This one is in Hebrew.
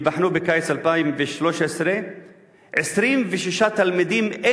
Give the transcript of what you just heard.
ייבחנו בקיץ 2013. 26 תלמידים,